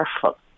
careful